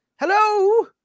Hello